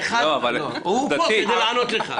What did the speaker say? הוא פה כדי לענות לך.